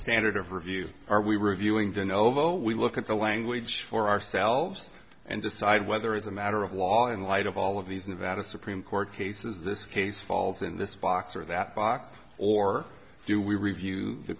standard of review are we reviewing to novo we look at the language for ourselves and decide whether as a matter of law in light of all of these nevada supreme court cases this case falls in this box or that box or do we review the